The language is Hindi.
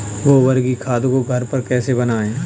गोबर की खाद को घर पर कैसे बनाएँ?